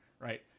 right